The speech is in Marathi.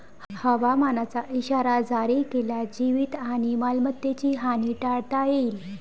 हवामानाचा इशारा जारी केल्यास जीवित आणि मालमत्तेची हानी टाळता येईल